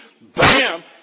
BAM